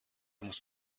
muss